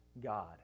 God